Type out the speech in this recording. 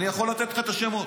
אני יכול לתת לך את השמות.